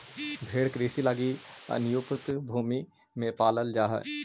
भेंड़ कृषि लगी अनुपयुक्त भूमि में पालल जा हइ